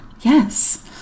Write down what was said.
Yes